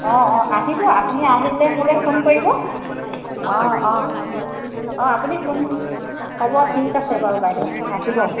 অঁ অঁ আহিব আপুনি আহিলে মোলৈ ফোন কৰিব অঁ অঁ অঁ আপুনি ফোন হ'ব ঠিক আছে বাৰু বাইদেউ আহিব